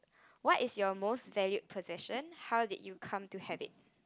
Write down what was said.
what is your most valued possession how did you come to have it